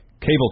cable